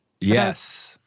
yes